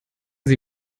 sie